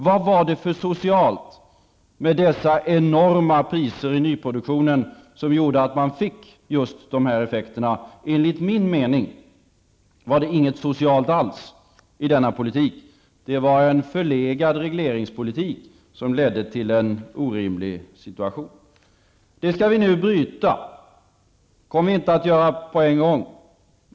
Vad var det för socialt med dessa enorma priser i nyproduktionen? De gjorde ju att man fick just dessa effekter. Enligt min mening var det inte något socialt alls i denna politik. Det var en förlegad regleringspolitik som ledde till en orimlig situation. Det skall vi nu bryta. Det kommer vi inte att göra på en gång.